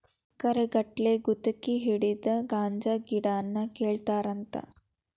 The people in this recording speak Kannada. ಎಕರೆ ಗಟ್ಟಲೆ ಗುತಗಿ ಹಿಡದ ಗಾಂಜಾ ಗಿಡಾನ ಕೇಳತಾರಂತ